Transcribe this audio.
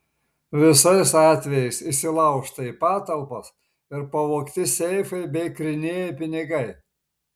visais atvejais įsilaužta į patalpas ir pavogti seifai bei grynieji pinigai